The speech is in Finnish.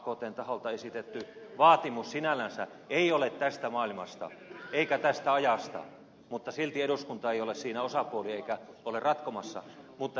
aktn taholta esitetty vaatimus sinällänsä ei ole tästä maailmasta eikä tästä ajasta mutta silti eduskunta ei ole siinä osapuoli eikä ole ratkomassa sitä